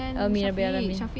amin abeh amin